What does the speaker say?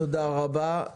תודה רבה.